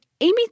Amy